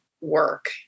work